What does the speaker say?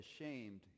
ashamed